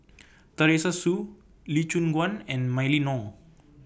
Teresa Hsu Lee Choon Guan and Mylene Ong